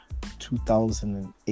2008